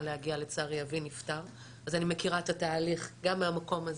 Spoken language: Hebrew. להגיע לצערי אבי נפטר אז אני מכירה את התהליך גם מהמקום הזה,